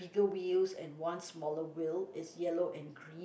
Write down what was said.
wheels and one smaller wheel it's yellow and green